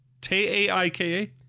T-A-I-K-A